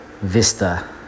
vista